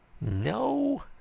No